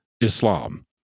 Islam